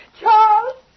Charles